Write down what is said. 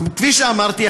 כפי שאמרתי,